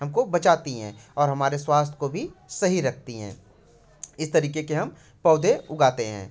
हमको बचाती हैं और हमारे स्वास्थ्य को भी सही रखती हैं इस तरीके के हम पौधे उगाते हैं